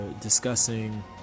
discussing